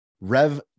Rev